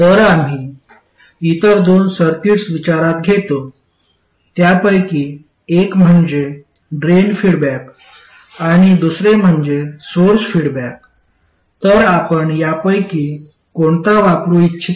तर आम्ही इतर दोन सर्किट्स विचारात घेतो त्यापैकी एक म्हणजे ड्रेन फीडबॅक आणि दुसरे म्हणजे सोर्स फीडबॅक तर आपण यापैकी कोणता वापरू इच्छिता